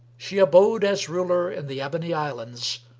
she abode as ruler in the ebony islands,